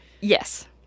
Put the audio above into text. yes